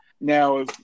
Now